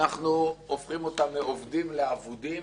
אנחנו הופכים אותם מאובדים לאבודים,